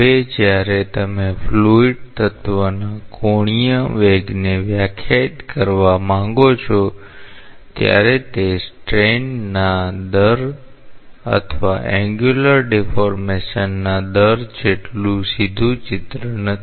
હવે જ્યારે તમે ફ્લુઇડ તત્વના કોણીય વેગને વ્યાખ્યાયિત કરવા માંગો છો ત્યારે તે સ્ટ્રેનના દર અથવા એંન્ગ્યુલર ડીફૉર્મેશન ના દર જેટલું સીધું ચિત્ર નથી